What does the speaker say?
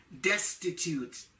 destitute